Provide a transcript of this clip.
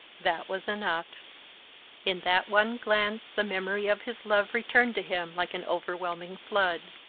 that was enough in that one glance the memory of his love returned to him like an overwhelming flood.